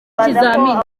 ikizamini